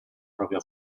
propria